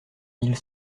mille